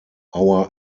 our